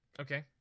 Okay